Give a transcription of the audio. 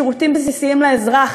שירותים בסיסיים לאזרח,